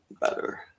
better